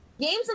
games